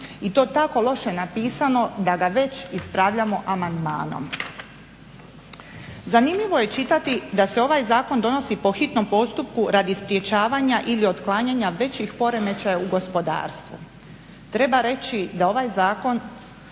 i to tako loše napisano da ga već ispravljamo amandmanom. Zanimljivo je čitati da se ovaj zakon donosi po hitnom postupku radi sprečavanja ili otklanjanja većih poremećaja u gospodarstvu. Treba reći da ovaj zakon,